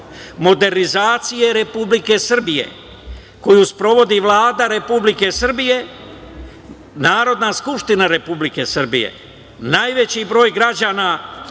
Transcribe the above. modernizacije Republike Srbije, koju sprovodi Vlada Republike Srbije, Narodna skupština Republike Srbije, najveći broj građana